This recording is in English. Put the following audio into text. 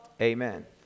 Amen